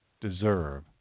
deserve